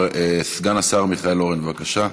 סגן השר מיכאל אורן, בבקשה.